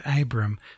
Abram